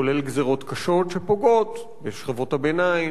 כולל גזירות קשות שפוגעות בשכבות הביניים,